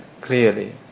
clearly